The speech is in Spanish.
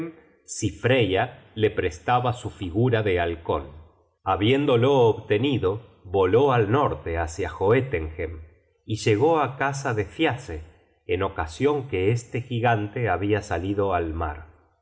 si freya le prestaba su figura de halcon habiéndolo obtenido voló al norte hácia joetenhem y llegó á casa de thiasse en ocasion que este gigante habia salido al mar